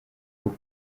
rwo